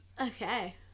Okay